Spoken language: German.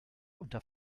unter